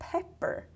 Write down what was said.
Pepper